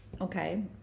okay